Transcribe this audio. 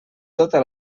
tota